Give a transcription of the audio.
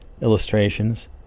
illustrations